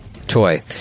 toy